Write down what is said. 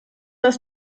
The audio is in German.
das